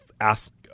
ask